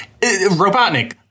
Robotnik